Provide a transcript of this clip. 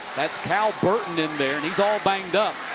that's kind of burton in there. he's all banged up.